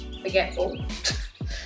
forgetful